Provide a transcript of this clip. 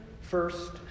first